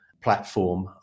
platform